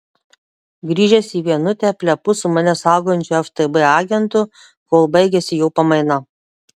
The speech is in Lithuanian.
grįžęs į vienutę plepu su mane saugančiu ftb agentu kol baigiasi jo pamaina